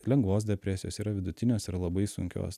lengvos depresijos yra vidutinės yra labai sunkios